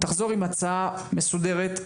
תחזור עם הצעה מסודרת,